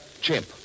Chimp